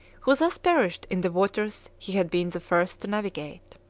who thus perished in the waters he had been the first to navigate.